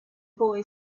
boy